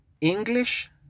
English